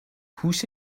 هوش